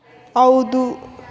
ಹೌದು